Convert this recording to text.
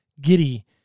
giddy